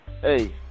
hey